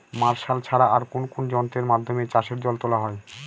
Martial ছাড়া আর কোন কোন যন্ত্রেরর মাধ্যমে চাষের জল তোলা হয়?